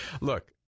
Look